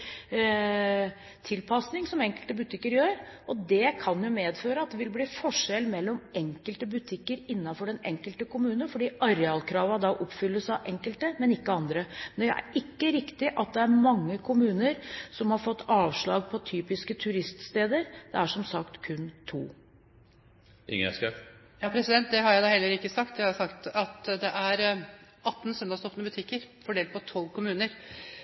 tilpasning som enkelte butikker gjør, og det kan jo medføre at det vil bli forskjell mellom enkelte butikker innenfor den enkelte kommune, fordi arealkravene da oppfylles av enkelte, men ikke av andre. Men det er ikke riktig at det er mange kommuner som har fått avslag når det gjelder typiske turiststeder. Det er som sagt kun to. Det har jeg da heller ikke sagt. Jeg har sagt at det er 18 søndagsåpne butikker fordelt på 12 kommuner.